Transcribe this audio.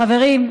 חברים,